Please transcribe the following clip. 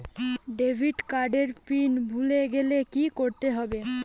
Debit card এর PIN ভুলে গেলে কি করতে হবে?